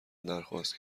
درخواست